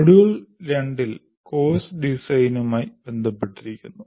module 2 course ഡിസൈനുമായി ബന്ധപ്പെട്ടിരിക്കുന്നു